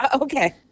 Okay